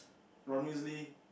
Ron-Weasley